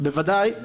בוודאי.